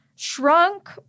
shrunk